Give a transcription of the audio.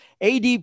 AD